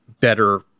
better